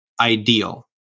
ideal